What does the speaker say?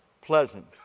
Pleasant